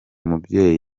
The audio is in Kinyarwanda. mubyeyi